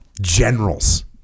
generals